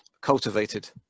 cultivated